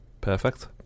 perfect